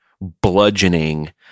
bludgeoning